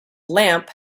lamp